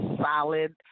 solid